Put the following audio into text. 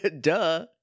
Duh